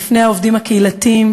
בפני העובדים הקהילתיים,